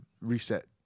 reset